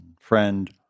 friend